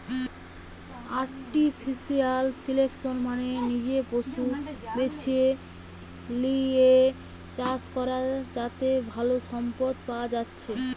artificial selection মানে নিজে পশু বেছে লিয়ে চাষ করা যাতে ভালো সম্পদ পায়া যাচ্ছে